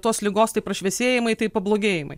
tos ligos tai prašviesėjimai tai pablogėjimai